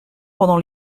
pendant